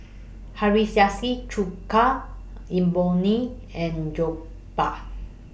Hiyashi Chuka Imoni and Jokbal